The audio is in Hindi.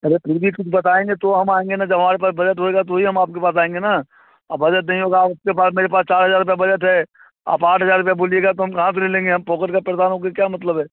अरे फिर भी कुछ बताएंगे तो हम आएंगे ना जब हमारे पास बजट होगा तो ही हम आपके पास आएंगे ना और बजट नहीं होगा उसके बाद मेरे पास चार हज़ार रुपये बजट है आप आठ हज़ार रुपये बोलिएगा तो हम कहाँ से ले लेंगे हम फुकट के परेशान हो कर क्या मतलब है